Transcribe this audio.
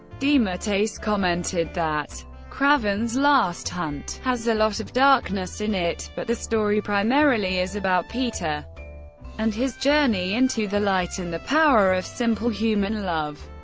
dematteis commented that kraven's last hunt has a lot of darkness in it, but the story primarily is about peter and his journey into the light and the power of simple human love.